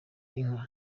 inka